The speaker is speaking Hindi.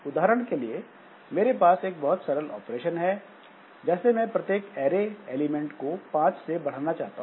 उदाहरण के लिए मेरे पास एक बहुत सरल ऑपरेशन है जैसे मैं प्रत्येक एरे एलिमेंट को 5 से बढ़ाना चाहता हूं